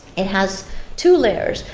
it has two layers.